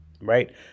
right